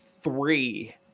three